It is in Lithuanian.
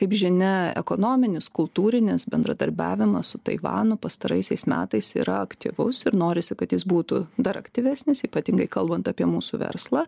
kaip žinia ekonominis kultūrinis bendradarbiavimas su taivanu pastaraisiais metais yra aktyvus ir norisi kad jis būtų dar aktyvesnis ypatingai kalbant apie mūsų verslą